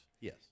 Yes